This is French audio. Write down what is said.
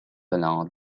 alain